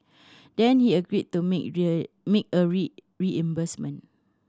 then he agreed to make make a reimbursement